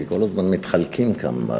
כי כל הזמן מחליקים כאן.